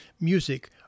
music